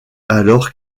alors